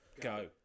Go